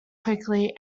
quickly